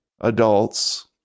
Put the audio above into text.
adults